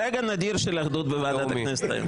רגע נדיר של אחדות בוועדת הכנסת היום...